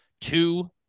two